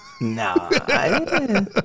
No